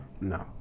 no